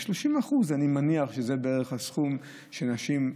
ו-30% אני מניח שזה בערך האחוז של נשים,